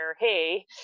hey